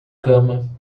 cama